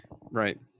Right